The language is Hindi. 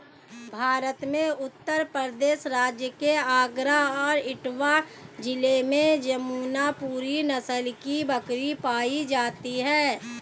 भारत में उत्तर प्रदेश राज्य के आगरा और इटावा जिले में जमुनापुरी नस्ल की बकरी पाई जाती है